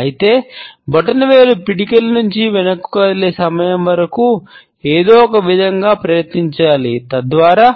అయితే బొటనవేలు పిడికిలి నుండి వెనుకకు కదిలే సమయం వరకు ఏదో ఒకవిధంగా ప్రయత్నించాలి తద్వారా